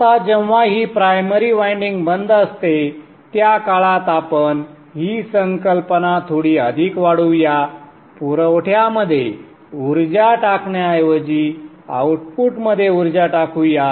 आता जेव्हा ही प्रायमरी वायंडिंग बंद असते त्या काळात आपण ही संकल्पना थोडी अधिक वाढवूया पुरवठ्यामध्ये ऊर्जा टाकण्याऐवजी आउटपुटमध्ये ऊर्जा टाकूया